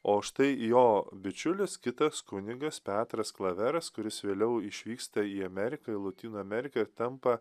o štai jo bičiulis kitas kunigas petras klaveras kuris vėliau išvyksta į ameriką į lotynų ameriką ir tampa